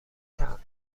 طعم